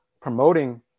promoting